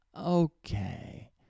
Okay